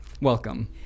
Welcome